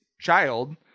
child